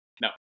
no